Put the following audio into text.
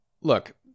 look